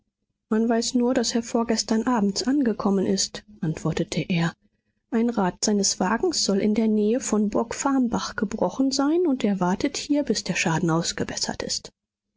man weiß nur daß er vorgestern abends angekommen ist antwortete er ein rad seines wagens soll in der nähe von burgfarrnbach gebrochen sein und er wartet hier bis der schaden ausgebessert ist